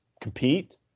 compete